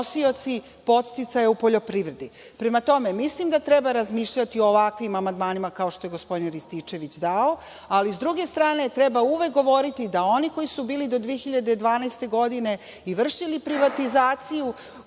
nosioci podsticaja u poljoprivredi. Mislim da treba razmišljati o ovakvim amandmanima, kao što je gospodin Rističević dao, ali sa druge strane, treba uvek govoriti da oni koji su bili do 2012. godine i vršili privatizaciju